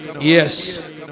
Yes